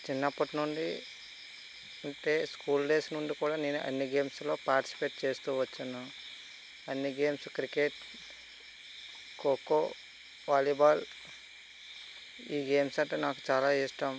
చిన్నప్పటి నుండి అంటే స్కూల్ డేస్ నుండి కూడా నేను అన్ని గేమ్స్లో పార్టిసిపేట్ చేస్తు వచ్చాను అన్నీ గేమ్స్ క్రికెట్ ఖోఖో వాలీబాల్ ఈ గేమ్స్ అంటే నాకు చాలా ఇష్టం